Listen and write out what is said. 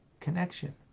connection